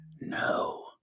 no